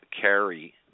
carry